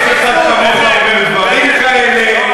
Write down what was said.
איך שר כמוך אומר דברים כאלה,